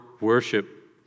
worship